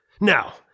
Now